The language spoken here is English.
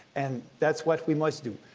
and that's what we must do.